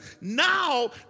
Now